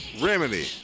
Remedy